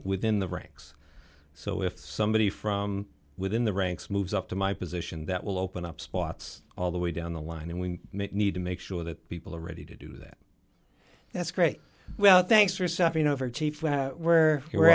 within the ranks so if somebody from within the ranks moves up to my position that will open up spots all the way down the line and we need to make sure that people are ready to do that that's great well thanks for suffering over chief where you